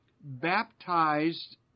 baptized